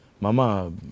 Mama